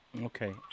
Okay